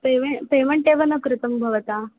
पेमे payment एव न कृतं भवता